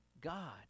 god